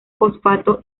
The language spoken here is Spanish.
fosfato